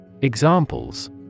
Examples